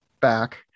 back